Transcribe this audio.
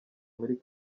muri